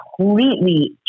completely